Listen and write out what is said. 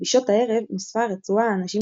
האחרון